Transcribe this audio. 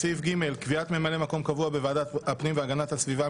3. קביעת ממלא-מקום קבוע בוועדת הפנים והגנת הסביבה,